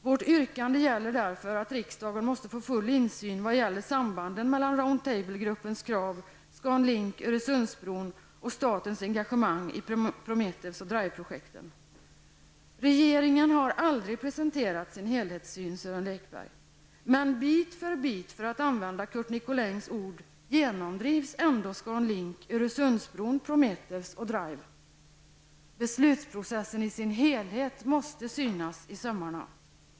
Vårt yrkande gäller därför att riksdagen måste få full insyn vad gäller sambanden mellan Prometheus och DRIVE-projekten. Regeringen har aldrig presenterat sin helhetssyn, Sören Lekberg. Men bit för bit, för att använda Curt Beslutsprocessen i sin helhet måste synas i sömmarna.